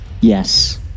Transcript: Yes